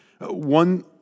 One